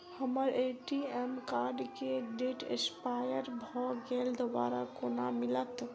हम्मर ATM card केँ date expire भऽ गेल दोबारा कोना मिलत?